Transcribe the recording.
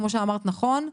כמו שאמרת נכון,